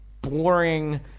boring